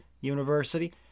University